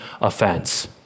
offense